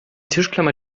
tischklammer